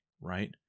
right